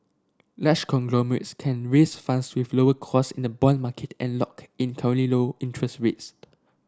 large conglomerates can raise funds with lower cost in the bond market and lock in low interest rates